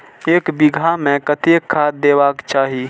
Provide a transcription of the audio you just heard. एक बिघा में कतेक खाघ देबाक चाही?